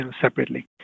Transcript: separately